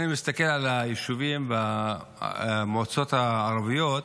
מסתכל על היישובים במועצות הערבית,